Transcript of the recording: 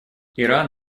иран